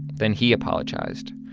then he apologized.